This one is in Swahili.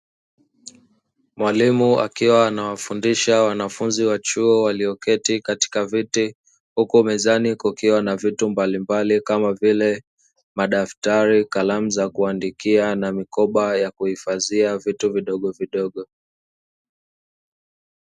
Mwalimu akiwa anawafundisha wanavyuo walioketi katika viti huku mezani kukiwa na vitu mbalimbali kama vile madaftari kalamu za kuandikia, na mikoba ya kuhifadhia vitu vidogovidogo.